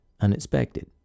unexpected